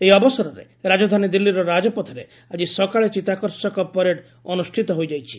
ଏହି ଅବସରରେ ରାଜଧାନୀ ଦିଲ୍ଲୀର ରାଜପଥରେ ଆଜି ସକାଳେ ଚିଉାକର୍ଷକ ପରେଡ୍ ଅନୁଷ୍ଠିତ ହୋଇଯାଇଛି